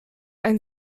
ein